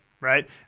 right